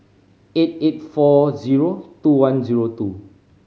eight eight four zero two one zero two